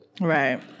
Right